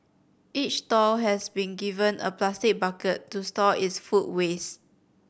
each stall has been given a plastic bucket to store its food waste